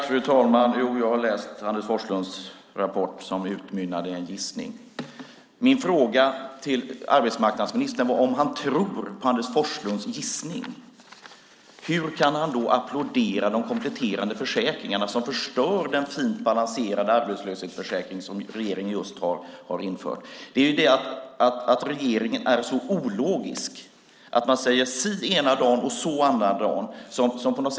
Fru talman! Jo, jag har läst Anders Forslunds rapport som utmynnade i en gissning. Min fråga till arbetsmarknadsministern var om han tror på Anders Forslunds gissning. Hur kan han då applådera de kompletterande försäkringarna, som förstör den fint balanserade arbetslöshetsförsäkring som regeringen just har infört? Regeringen är ologisk. Man säger si ena dagen och så andra dagen.